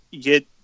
get